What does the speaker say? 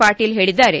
ಪಾಟೀಲ್ ಹೇಳಿದ್ದಾರೆ